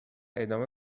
ادامه